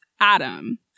Adam